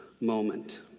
moment